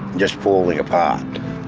just falling apart.